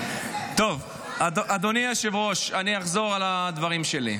טוב, אדוני היושב-ראש, אני אחזור על הדברים שלי.